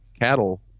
cattle